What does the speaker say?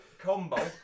combo